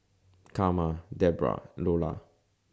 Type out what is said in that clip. Karma Debbra Lolla